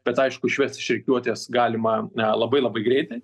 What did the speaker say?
bet aišku išvest iš rikiuotės galima labai labai greitai